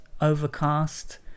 overcast